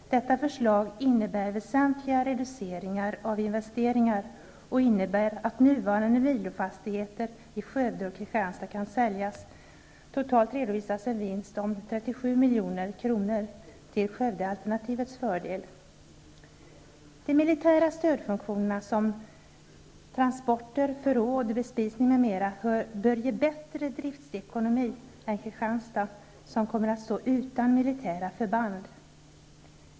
Detta förslag innebär väsentliga reduceringar av investeringar och innebär att nuvarande milofastigheter i Skövde och Kristianstad kan säljas. Totalt redovisas en vinst om 37 milj.kr. till Skövdealternativets fördel. Det bör bli en bättre driftsekonomi med de militära stödfunktionerna som t.ex. transporter, förråd, bespisning m.m., än vad det kan bli i Kristianstad, som kommer att stå utan militära förband.